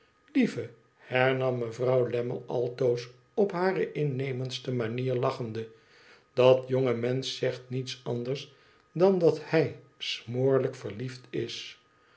lieve hernam mevrouw lammie altoos op hare innemendste manier lachende dat jonge mensch zegt niets anders dan dat hij smoorlijk verliefd is